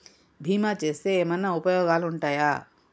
బీమా చేస్తే ఏమన్నా ఉపయోగాలు ఉంటయా?